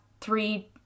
three